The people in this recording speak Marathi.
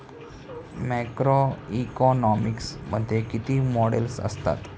मॅक्रोइकॉनॉमिक्स मध्ये किती मॉडेल्स असतात?